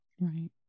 Right